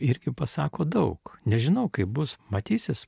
irgi pasako daug nežinau kaip bus matysis